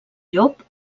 llop